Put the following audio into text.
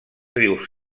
rius